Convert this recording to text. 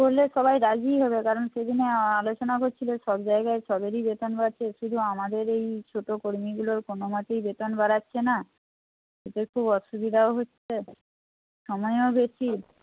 করলে সবাই রাজিই হবে কারণ সেদিনে আলোচনা হচ্ছিল সব জায়গায় সবেরই বেতন বাড়ছে শুধু আমাদের এই ছোটো কর্মীগুলোর কোনো মতেই বেতন বাড়াচ্ছে না খুব অসুবিধাও হচ্ছে সময়ও বেশি